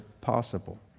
possible